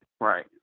right